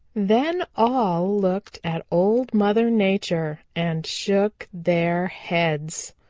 then all looked at old mother nature and shook their heads.